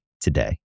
today